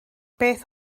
beth